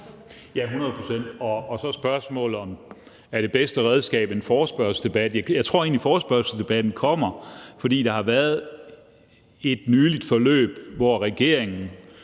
Ja, hundrede procent. Så er der spørgsmålet om, om det bedste redskab er en forespørgselsdebat. Jeg tror egentlig, forespørgselsdebatten kommer, fordi der har været et nyligt forløb, hvor regeringen